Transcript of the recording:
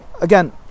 Again